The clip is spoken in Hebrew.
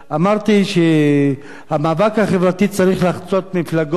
אמרתי שהמאבק החברתי צריך לחצות מפלגות,